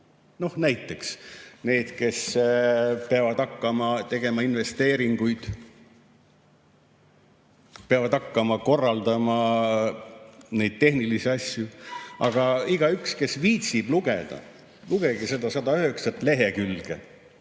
Näiteks neid, kes peavad hakkama tegema investeeringuid, peavad hakkama korraldama neid tehnilisi asju. Aga igaüks, kes viitsib lugeda, lugegu seda 109 lehekülge.